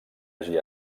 hagi